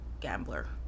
gambler